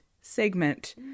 segment